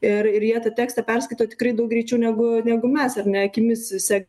ir ir jie tą tekstą perskaito tikrai daug greičiau negu negu mes ar ne akimis sek